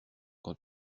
quand